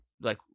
like-